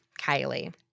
Kylie